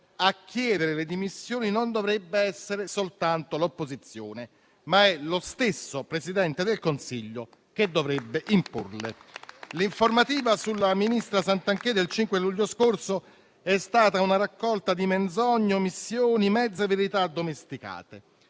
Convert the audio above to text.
a chiedere le dimissioni non dovrebbe essere soltanto l'opposizione, ma è lo stesso Presidente del Consiglio che dovrebbe imporle. L'informativa sulla ministra Santanchè del 5 luglio scorso è stata una raccolta di menzogne, omissioni, mezze verità addomesticate.